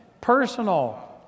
personal